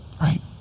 right